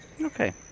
Okay